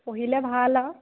পঢ়িলে ভাল আৰু